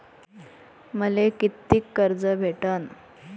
मले कितीक कर्ज भेटन?